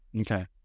Okay